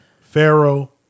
Pharaoh